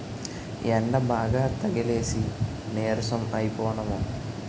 యెండబాగా తగిలేసి నీరసం అయిపోనము